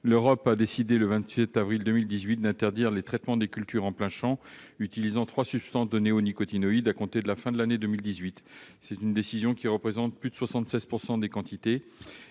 L'Europe a décidé, le 27 avril 2018, d'interdire le traitement des cultures en plein champ utilisant trois des substances néonicotinoïdes à compter de la fin de 2018. Cette décision, qui concerne plus de 76 % de la